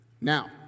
Now